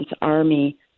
Army